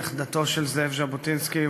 נכדתו של זאב ז'בוטינסקי,